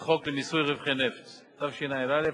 בבקשה, אדוני.